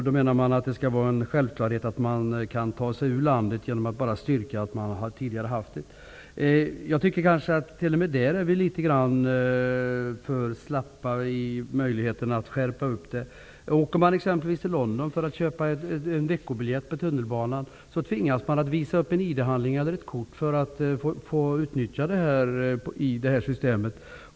Då skall de ha en självklar möjlighet att ta sig ur landet genom att bara styrka att de tidigare har haft ett körkort. T.o.m. där är vi litet för ''slappa'' i fråga om möjligheterna att skärpa reglerna. Om man köper en veckobiljett för tunnelbanan i London, tvingas man att visa upp en id-handling för att man skall kunna utnyttja denna biljett.